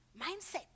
mindset